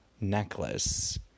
necklace